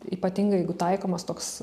ypatingai jeigu taikomas toks